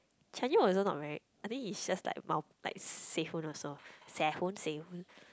Chan-Yeol also not very I think he's just like mul~ like Sehun also Sehun Sehun